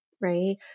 right